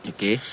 Okay